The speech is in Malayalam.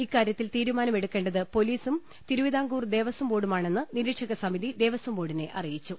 ഇക്കാരൃത്തിൽ തീരുമാനമെടു ക്കേണ്ടത് പൊലീസും തിരുവിതാംകൂർ ദേവസ്വം ബോർഡു മാണെന്ന് നിരീക്ഷക സമിതി ദേവസ്വം ബോർഡിനെ അറിയിച്ചു